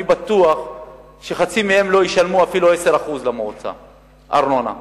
אני בטוח שחצי מהם אפילו לא ישלמו 10% ארנונה למועצה.